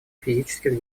физических